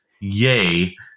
Yay